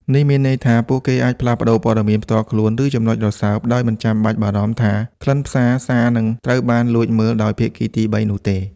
នេះមានន័យថា ពួកគេអាចផ្លាស់ប្តូរព័ត៌មានផ្ទាល់ខ្លួន ឬចំណុចរសើបដោយមិនចាំបាច់បារម្ភថាខ្លឹមសារសារនឹងត្រូវបានលួចមើលដោយភាគីទីបីនោះទេ។